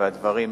והדברים הם,